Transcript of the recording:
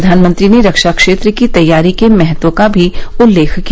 प्रधानमंत्री ने रक्षा क्षेत्र की तैयारी के महत्व का भी उल्लेख किया